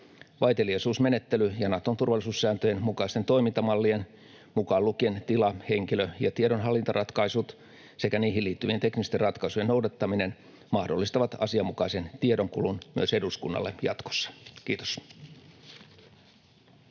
Vaiteliaisuusmenettely ja Naton turvallisuussääntöjen mukaisten toimintamallien, mukaan lukien tila-, henkilö- ja tiedonhallintaratkaisut, sekä niihin liittyvien teknisten ratkaisujen noudattaminen mahdollistavat asianmukaisen tiedonkulun myös eduskunnalle jatkossa. — Kiitos.